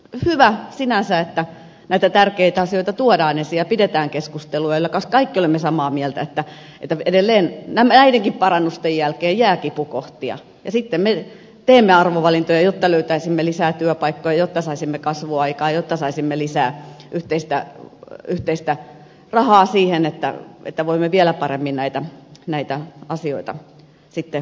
hyvä sinänsä että näitä tärkeitä asioita tuodaan esiin ja pidetään keskustelua yllä koska kaikki olemme samaa mieltä että edelleen näidenkin parannusten jälkeen jää kipukohtia ja sitten me teemme arvovalintoja jotta löytäisimme lisää työpaikkoja jotta saisimme kasvua aikaan jotta saisimme lisää yhteistä rahaa siihen että voimme vielä paremmin näitä asioita hoitaa